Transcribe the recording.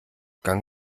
gang